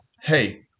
hey